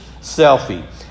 selfie